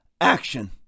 action